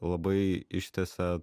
labai ištęsia